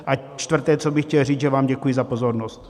A čtvrté, co bych chtěl říct, že vám děkuji za pozornost.